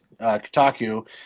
Kotaku